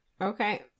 Okay